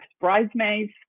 bridesmaids